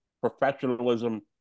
professionalism